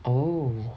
oh